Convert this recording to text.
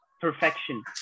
perfection